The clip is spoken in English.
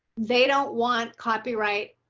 they don't want copyright